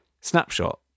snapshot